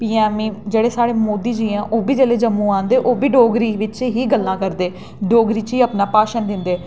पी M न जेह्ड़े साढ़े मोदी जी न ओह् बी जेल्लै जम्मू औंदे ओह् बी डोगरी बिच ई गल्लां करदे डोगरी च ई अपना भाशन दिंदे